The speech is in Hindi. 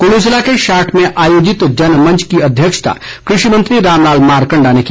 कुल्लू जिले के शाट में आयोजित जनमंच की अध्यक्षता कृषि मंत्री रामलाल मारकंडा ने की